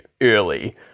early